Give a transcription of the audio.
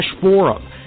forum